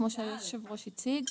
כמו שהיושב ראש הציג.